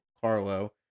Carlo